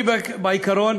אני בעיקרון